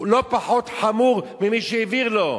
זה לא פחות חמור ממי שהעביר לו.